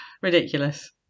Ridiculous